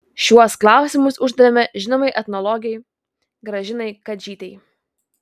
šiuos klausimus uždavėme žinomai etnologei gražinai kadžytei